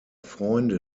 freunde